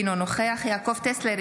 אינו נוכח יעקב טסלר,